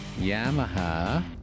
Yamaha